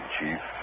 Chief